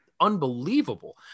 unbelievable